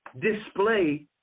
display